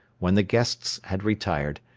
when the guests had retired,